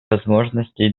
возможностей